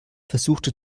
versuchte